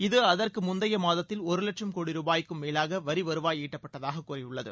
இது அஅற்கு முந்தைய மாதத்தில் ஒரு வட்சம் கோடி ரூபாய்க்கும் மேலாக வரி வருவாய் ஈட்டப்பட்டதாக கூறியுள்ளது